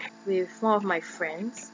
with one of my friends